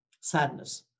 sadness